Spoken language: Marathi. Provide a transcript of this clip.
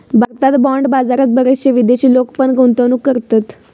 भारतात बाँड बाजारात बरेचशे विदेशी लोक पण गुंतवणूक करतत